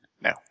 No